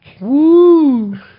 woo